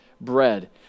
bread